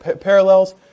parallels